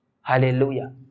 Hallelujah